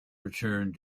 returned